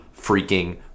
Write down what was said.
freaking